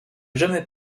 jamais